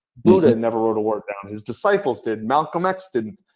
buddha never wrote a word down, his disciples did. malcolm x didn't.